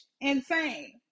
Insane